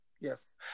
Yes